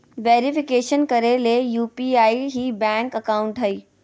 verification करे ले UPI ही बैंक अकाउंट हइ